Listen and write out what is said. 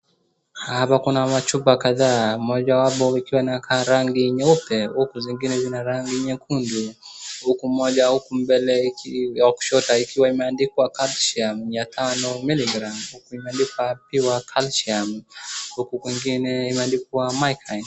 Hapa kuna machupa kadhaa. Mojawapo ikika rangi nyeupe, huku zingine zina rangi nyekundu. Huku moja huku mbele hiki ya kushoto ikiwa imeandikwa calcium 500 mg , huku imelipa pure calcium . Huku kwingine imeandikwa Mykind .